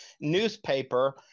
newspaper